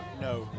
No